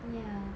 ya